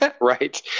Right